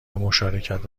مشارکت